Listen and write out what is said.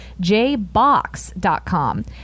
JBox.com